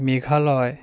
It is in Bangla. মেঘালয়